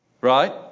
Right